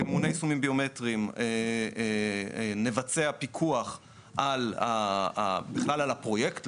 כממונה יישומים ביומטריים נבצע פיקוח בכלל על הפרויקט,